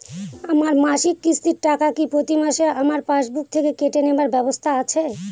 আমার মাসিক কিস্তির টাকা কি প্রতিমাসে আমার পাসবুক থেকে কেটে নেবার ব্যবস্থা আছে?